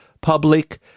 public